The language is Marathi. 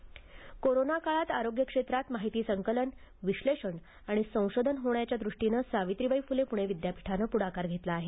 सामंजस्य करार कोरोना काळात आरोग्य क्षेत्रात माहिती संकलन विश्लेषण आणि संशोधन होण्याच्या दुष्टीनं सावित्रीबाई फूले पूणे विद्यापीठानं पूढाकार घेतला आहे